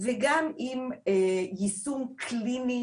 וגם עם יישום קליני